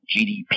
GDP